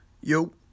Yo